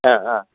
ആ ആ